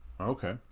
Okay